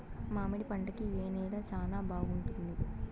మామిడి పంట కి ఏ నేల చానా బాగుంటుంది